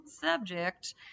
subject